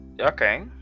Okay